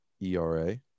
ERA